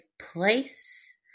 place